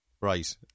Right